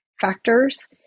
factors